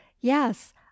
yes